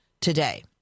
Today